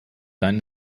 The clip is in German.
dein